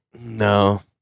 no